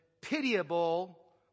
pitiable